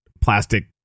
plastic